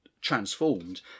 transformed